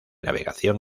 navegación